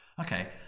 Okay